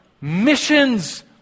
missions